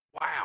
Wow